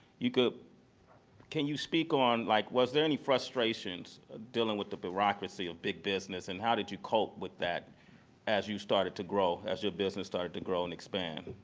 you could can you speak on like was there any frustrations dealing with the bureaucracy of big business and how did you cope with that as you started to grow? as your business started to grow and expand?